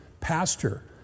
pastor